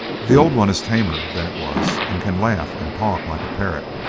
the old one is tamer than it was and can laugh and talk like a parrot,